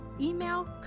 email